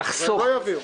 הם לא יביאו.